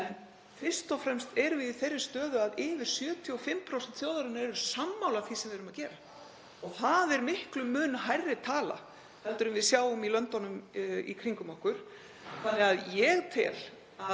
En fyrst og fremst erum við í þeirri stöðu að yfir 75% þjóðarinnar eru sammála því sem við erum að gera. Og það er miklum mun hærri tala en við sjáum í löndunum í kringum okkur. Þannig að ég tel að